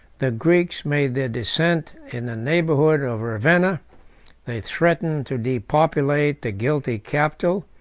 the greeks made their descent in the neighborhood of ravenna they threatened to depopulate the guilty capital,